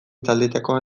taldetakoa